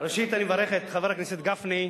ראשית אני מברך את חבר הכנסת גפני,